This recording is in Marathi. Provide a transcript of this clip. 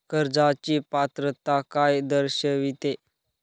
कर्जाची पात्रता काय दर्शविते?